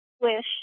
wish